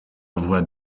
voix